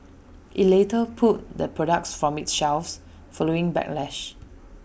IT later pulled the products from its shelves following backlash